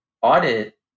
Audit